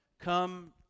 come